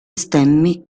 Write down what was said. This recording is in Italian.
stemmi